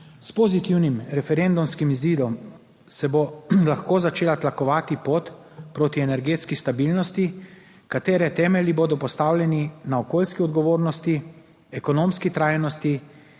S pozitivnim referendumskim izidom se bo lahko začela tlakovati pot proti energetski stabilnosti, katere temelji bodo postavljeni na okoljski odgovornosti, ekonomski trajnosti